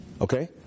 Okay